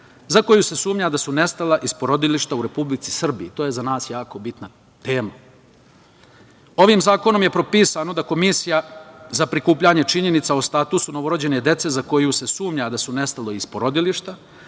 za koju se sumnja da su nestala iz porodilišta u Republici Srbiji. To je za nas jako bitna tema. Ovim zakonom je propisano da Komisija za prikupljanje činjenica o statusu novorođene dece za koju se sumnja da su nestala iz porodilišta